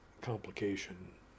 complication